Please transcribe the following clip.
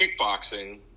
kickboxing